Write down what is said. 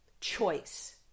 choice